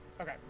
Okay